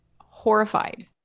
horrified